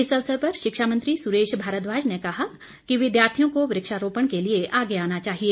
इस अवसर पर शिक्षा मंत्री सुरेश भारद्वाज ने कहा कि विद्यार्थियों को वृक्षारोपण के लिए आगे आना चाहिए